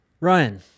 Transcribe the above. Ryan